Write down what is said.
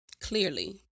Clearly